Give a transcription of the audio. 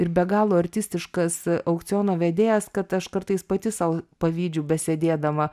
ir be galo artistiškas aukciono vedėjas kad aš kartais pati sau pavydžiu besėdėdama